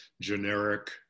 generic